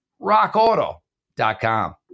Rockauto.com